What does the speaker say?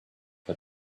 her